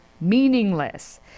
meaningless